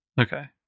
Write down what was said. Okay